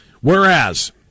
Whereas